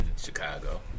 Chicago